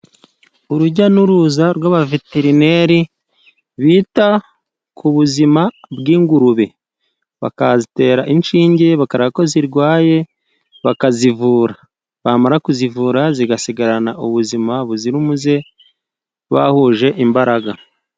Urujya n'uruza rw'Abaveterineri bita ku buzima bw'ingurube bakazitera inshinge, bakarebako zirwaye bakazivura, bamara kuzivura zigasigarana ubuzima buzira umuze bahuje imbaraga.